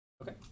Okay